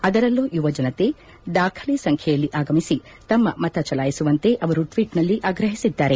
ಅದರಲ್ಲೂ ಯುವ ಜನತೆ ದಾಖಲೆ ಸಂಖ್ಯೆಯಲ್ಲಿ ಆಗಮಿಸಿ ತಮ್ಮ ಮತ ಚಲಾಯಿಸುವಂತೆ ಅವರು ಟ್ವೀಟ್ನಲ್ಲಿ ಆಗ್ರಹಿಸಿದ್ದಾರೆ